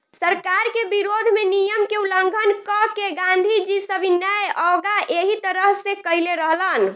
सरकार के विरोध में नियम के उल्लंघन क के गांधीजी सविनय अवज्ञा एही तरह से कईले रहलन